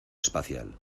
espacial